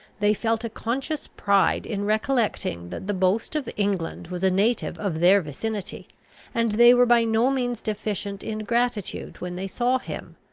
they felt a conscious pride in recollecting that the boast of england was a native of their vicinity and they were by no means deficient in gratitude when they saw him,